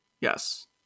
Yes